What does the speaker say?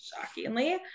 shockingly